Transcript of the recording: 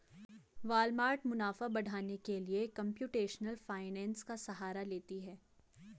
Walmart मुनाफा बढ़ाने के लिए कंप्यूटेशनल फाइनेंस का सहारा लेती है